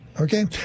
Okay